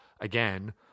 again